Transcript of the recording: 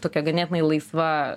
tokia ganėtinai laisva